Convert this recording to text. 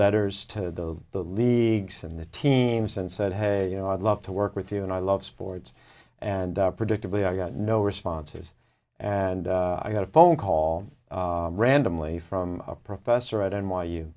letters to the leagues and the teams and said hey you know i'd love to work with you and i love sports and predictably i got no responses and i got a phone call randomly from a professor at n